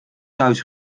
thuis